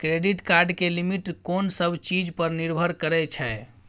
Credit card के limit कोन सब चीज पर निर्भर करै छै?